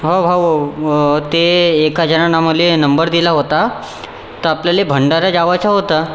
हो हो हो ते एका जणाने मला नंबर दिला होता तर आपल्याला भंडारा जायचं होतं